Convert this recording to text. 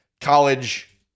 college